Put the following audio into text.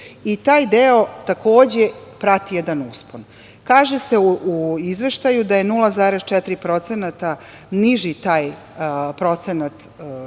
Taj deo takođe prati jedan uspon. Kaže se u izveštaju da je 0,4% niži taj procenat